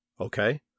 okay